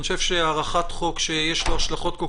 אני חושב שבהארכת חוק שיש לו השלכות כל